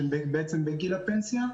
או שהם בגיל הפנסיה.